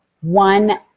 one